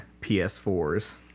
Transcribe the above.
PS4s